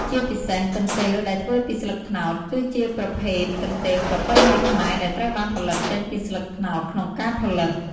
ជាពិសេស កន្ទេលដែលធ្វើពីស្លឹកត្នោត គឺជាប្រភេទកន្ទេលប្រពៃណីខ្មែរ ដែលត្រូវបានផលិតចេញពីស្លឹកត្នោតក្នុងការផលិត។